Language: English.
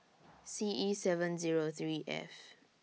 C E seven Zero three F